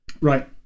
Right